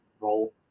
role